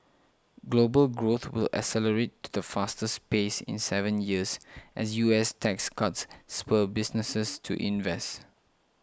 global growth will accelerate to the fastest pace in seven years as U S tax cuts spur businesses to invest